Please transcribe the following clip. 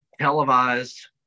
televised